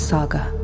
Saga